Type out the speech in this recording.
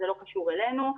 זה לא קשור אלינו.